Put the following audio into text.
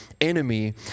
enemy